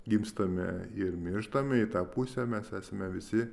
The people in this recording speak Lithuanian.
gimstame ir mirštame į tą pusę mes esame visi